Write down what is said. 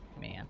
man